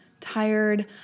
Tired